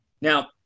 Now